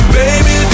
baby